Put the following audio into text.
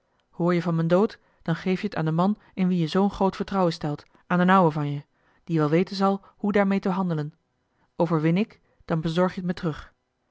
hoor je van m'n dood dan geef je t aan den man in wien je zoo'n groot vertrouwen stelt aan d'n ouwe van je die wel weten zal hoe daarmee te handelen overwin ik dan bezorg je t me terug